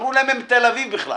אמרו להם שהם תל אביב בכלל.